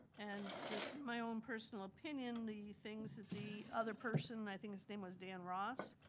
and just my own personal opinion the things that the other person, i think his name was dan ross,